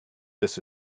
this